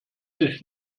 sich